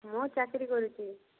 ମୁଁ ଚାକିରୀ କରୁଛି